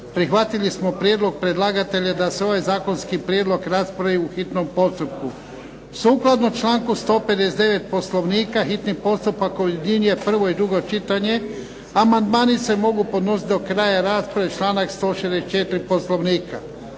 prihvatili smo prijedlog predlagatelja da se ovaj zakonski prijedlog raspravi u hitnom postupku. Sukladno članku 159. Poslovnika, hitni postupak objedinjuje prvo i drugo čitanje. Amandmani se mogu podnositi do kraja rasprave, članak 164. Poslovnika.